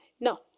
No